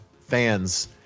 fans